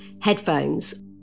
headphones